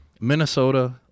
Minnesota